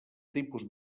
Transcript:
tipus